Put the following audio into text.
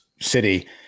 city